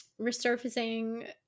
resurfacing